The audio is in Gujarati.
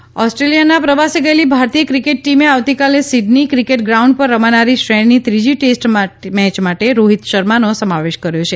ક્કિકેટ ઓસ્ટ્રેલિયાના પ્રવાસે ગયેલી ભારતીય ક્રિકેટ ટીમે આવતીકાલે સીડની ક્રિકેટ ગ્રાઉન્ડ પર રમાનારી શ્રેણીની ત્રીજી ટેસ્ટ મેચ માટે રોહિત શર્માનો સમાવેશ કર્યો છે